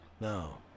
No